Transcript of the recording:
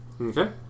Okay